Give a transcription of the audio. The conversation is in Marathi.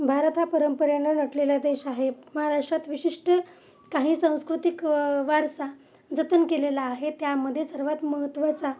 भारत हा परंपरेना नटलेला देश आहे महाराष्ट्रात विशिष्ट काही सांस्कृतिक वारसा जतन केलेला आहे त्यामध्ये सर्वात महत्त्वाचा